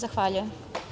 Zahvaljujem.